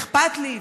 אכפת לי,